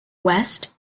west